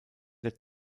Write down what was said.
der